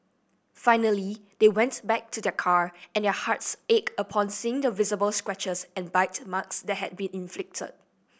finally they went back to their car and their hearts ached upon seeing the visible scratches and bite marks that had been inflicted